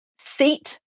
seat